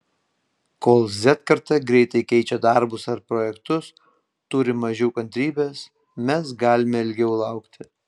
kol z karta greitai keičia darbus ar projektus turi mažiau kantrybės mes galime ilgiau laukti